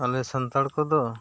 ᱟᱞᱮ ᱥᱟᱱᱛᱟᱲ ᱠᱚᱫᱚ